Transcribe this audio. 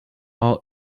are